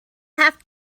have